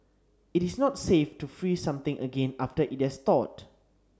it is not safe to freeze something again after it has thawed